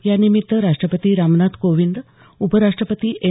यानिमित्त राष्ट्रपती रामनाथ कोविंद उपराष्ट्रपती एम